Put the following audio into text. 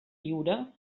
lliure